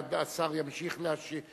השר ימשיך להשיב,